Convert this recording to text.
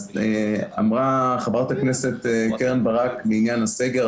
מה שאמרה חברת הכנסת קרן ברק בעניין הסגר.